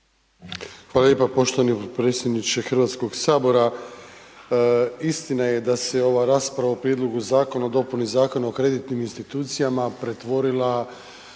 Hvala lijepa poštovani potpredsjedniče Hrvatskog sabora. Istina je da se ova rasprava o Prijedlogu Zakona o dopuni Zakona o kreditnim institucijama pretvorila